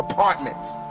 Apartments